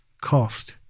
cost